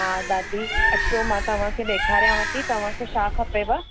हा दादी अचो मां तव्हांखे ॾेखारियांव थी तव्हांखे छा खपेव